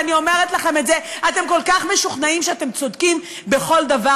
ואני אומרת לכם את זה: אתם כל כך משוכנעים שאתם צודקים בכל דבר,